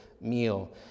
meal